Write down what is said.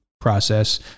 process